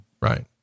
right